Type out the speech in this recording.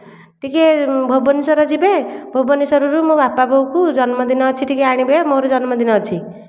ଟିକିଏ ଭୁବନେଶ୍ୱର ଯିବେ ଭୁବନେଶ୍ୱରରୁ ମୋ ବାପା ବୋଉଙ୍କୁ ଜନ୍ମଦିନ ଅଛି ଟିକେ ଆଣିବେ ମୋର ଜନ୍ମଦିନ ଅଛି